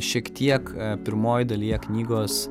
šiek tiek pirmoj dalyje knygos